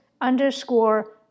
underscore